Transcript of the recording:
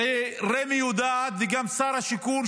הרי רמ"י יודעת וגם שר השיכון,